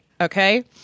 Okay